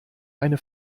eine